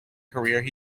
career